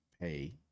pay